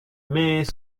mais